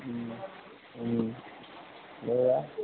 এইয়া